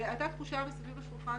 הייתה תחושה מסביב לשולחן